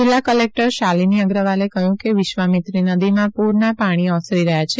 જિલ્લા ક્લેક્ટર શાલિની અગ્રવાલે કહ્યું કે વિશ્વામિત્રી નદીમાં પુરના પાણી ઓસરી રહ્યા છે